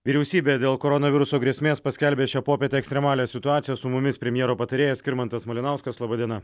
vyriausybė dėl koronaviruso grėsmės paskelbė šią popietę ekstremalią situaciją su mumis premjero patarėjas skirmantas malinauskas laba diena